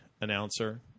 announcer